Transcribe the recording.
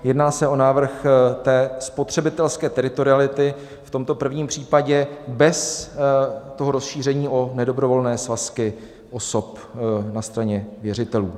Jedná se o návrh spotřebitelské teritoriality, v tomto prvním případě bez rozšíření o nedobrovolné svazky osob na straně věřitelů.